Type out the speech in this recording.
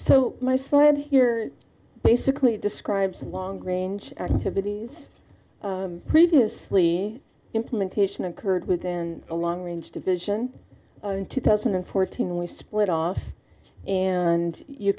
so my slide basically describes long range activities previously implementation occurred within a long range division in two thousand and fourteen and we split off and you